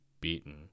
beaten